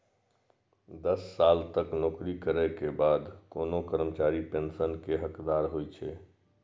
दस साल तक नौकरी करै के बाद कोनो कर्मचारी पेंशन के हकदार होइ छै